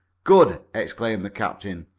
good! exclaimed the captain.